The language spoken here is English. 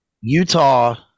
Utah